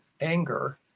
anger